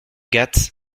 gate